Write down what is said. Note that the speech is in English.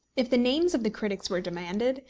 if the names of the critics were demanded,